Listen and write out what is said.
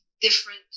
different